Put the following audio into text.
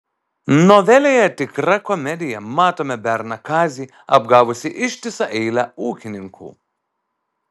novelėje tikra komedija matome berną kazį apgavusį ištisą eilę ūkininkų